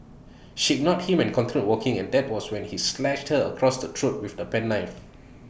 she ignored him and continued walking and that was when he slashed her across the throat with the penknife